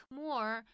more